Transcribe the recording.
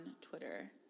Twitter